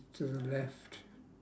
to the left